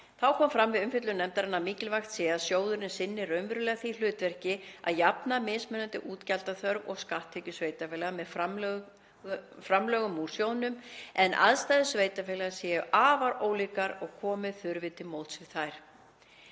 Þá kom fram við umfjöllun nefndarinnar að mikilvægt sé að sjóðurinn sinni raunverulega því hlutverki að jafna mismunandi útgjaldaþörf og skatttekjur sveitarfélaga með framlögum úr sjóðnum, en aðstæður sveitarfélaga séu afar ólíkar og koma þurfi til móts við þær.